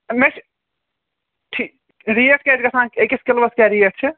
مےٚ چھِ ریٹ کیٛاہ چھِ گَژھان أکِس کِلوٗوَس کیٛاہ ریٹ چھِ